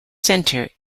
centre